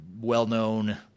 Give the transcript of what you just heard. well-known